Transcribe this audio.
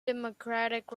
democratic